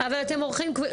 זה חלק מהסיפור.